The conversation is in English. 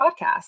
podcast